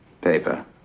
paper